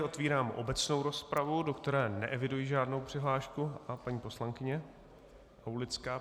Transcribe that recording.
Otvírám obecnou rozpravu, do které neeviduji žádnou přihlášku paní poslankyně Aulická.